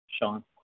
Sean